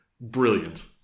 brilliant